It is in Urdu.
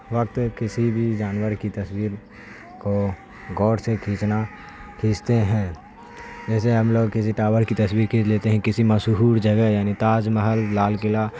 وقت کسی بھی جانور کی تصویر کو غور سے کھینچنا کھینچتے ہیں جیسے ہم لوگ کسی ٹاور کی تصویر کھینچ لیتے ہیں کسی مشہور جگہ یعنی تاج محل لال قلعہ